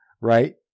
Right